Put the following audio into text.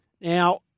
Now